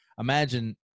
imagine